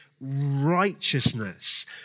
righteousness